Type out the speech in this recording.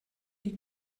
die